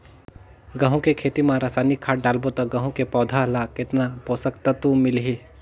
गंहू के खेती मां रसायनिक खाद डालबो ता गंहू के पौधा ला कितन पोषक तत्व मिलही?